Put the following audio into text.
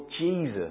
Jesus